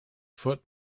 foot